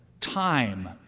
time